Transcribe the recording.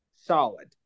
Solid